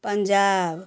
Punjab